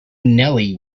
nellie